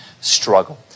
struggle